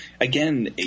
again